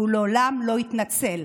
והוא לעולם לא התנצל?